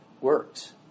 works